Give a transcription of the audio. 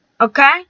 Okay